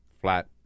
Flat